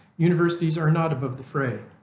universities are not above the fray.